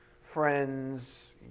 friends